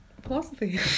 Philosophy